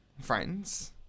Friends